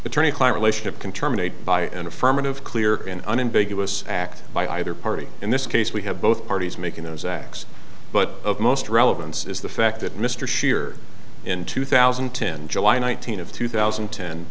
clear relationship can terminate by an affirmative clear and unambiguous act by either party in this case we have both parties making those acts but of most relevance is the fact that mr scheer in two thousand and ten july nineteen of two thousand